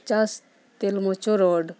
ᱪᱟᱥ ᱛᱮᱞᱢᱚᱪᱚ ᱨᱳᱰ